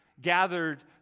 gathered